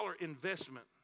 investment